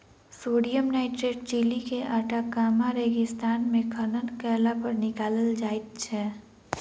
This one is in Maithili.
सोडियम नाइट्रेट चिली के आटाकामा रेगिस्तान मे खनन कयलापर निकालल जाइत छै